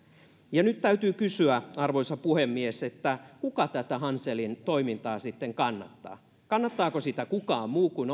nyt täytyy kysyä arvoisa puhemies kuka tätä hanselin toimintaa sitten kannattaa kannattaako sitä kukaan muu kuin